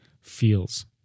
feels